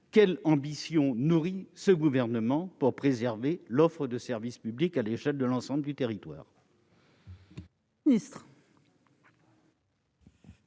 quelle ambition nourrit ce gouvernement pour préserver l'offre de services publics à l'échelle de l'ensemble du territoire.